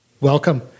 Welcome